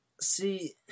see